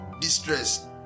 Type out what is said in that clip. distress